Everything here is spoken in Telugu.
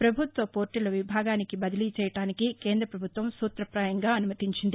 పభుత్వ పోర్టుల విభాగానికి బదిలీ చేయడానికి కేంద పభుత్వం సూత్రపాయంగా అనుమతించింది